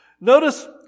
Notice